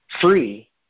free